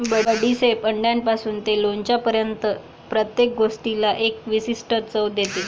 बडीशेप अंड्यापासून ते लोणच्यापर्यंत प्रत्येक गोष्टीला एक विशिष्ट चव देते